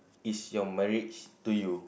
is your marriage to you